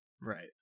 Right